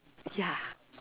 ya